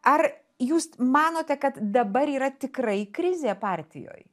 ar jūst manote kad dabar yra tikrai krizė partijoj